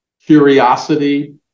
curiosity